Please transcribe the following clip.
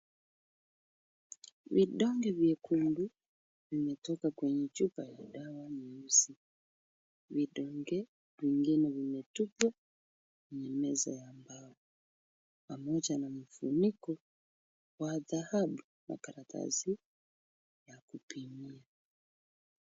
Vidonge vyekundu vimetoka kwenye chupa ya dawa mweusi, vidonge vingine vimetupwa maelezo ya dawa pamoja na vifuniko wa dhahabu karatasi vya kupimwa.